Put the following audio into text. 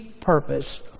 purpose